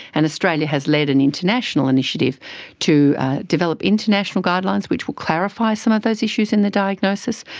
and australia has led an international initiative to develop international guidelines which will clarify some of those issues in the diagnosis,